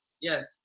Yes